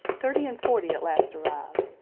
thirty and forty at last arrive,